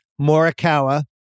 Morikawa